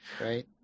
Right